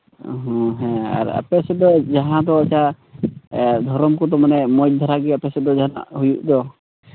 ᱦᱮᱸ ᱦᱮᱸ ᱟᱨ ᱟᱯᱮ ᱥᱮᱫ ᱫᱚ ᱡᱟᱦᱟᱸ ᱫᱚ ᱚᱠᱟ ᱫᱷᱚᱨᱚᱢ ᱠᱚᱫᱚ ᱢᱟᱱᱮ ᱢᱚᱡᱽ ᱫᱷᱟᱨᱟ ᱜᱮ ᱟᱯᱮ ᱥᱮᱫ ᱫᱚ ᱡᱟᱦᱟᱱᱟᱜ ᱦᱩᱭᱩᱜ ᱫᱚ